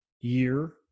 year